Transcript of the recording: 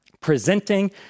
presenting